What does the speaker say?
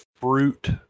fruit